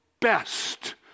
best